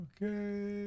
Okay